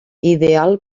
ideal